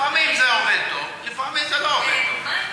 לפעמים זה עובד טוב, לפעמים זה לא עובד טוב.